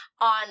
on